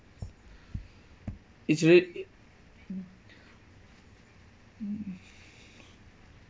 it's real~ mm